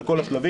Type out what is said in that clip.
על כל השלבים,